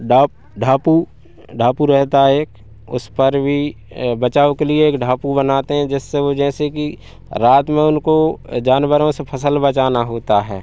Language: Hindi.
ढाप ढापू ढापू रहता है एक उस पर भी बचाव के लिए एक ढापू बनाते हैं जिससे वह जैसे कि रात में उनको जानवरों से फसल बचाना होता है